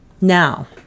Now